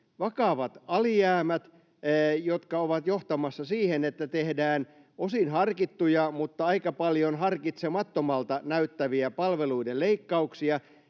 vakavat alijäämät, jotka ovat johtamassa siihen, että tehdään osin harkittuja mutta aika paljon harkitsemattomaltakin näyttäviä palveluiden leikkauksia,